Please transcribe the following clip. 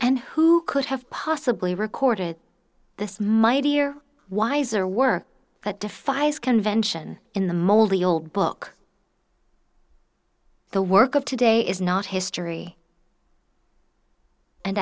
and who could have possibly recorded this my dear wiser work that defies convention in the moldy old book the work of today is not history and